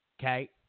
okay